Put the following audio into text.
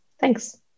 Thanks